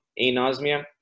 anosmia